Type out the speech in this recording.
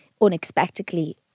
unexpectedly